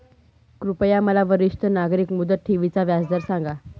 कृपया मला वरिष्ठ नागरिक मुदत ठेवी चा व्याजदर सांगा